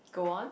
go on